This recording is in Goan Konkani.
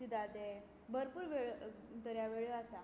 सिदार्दे भरपूर दर्यावेळो आसा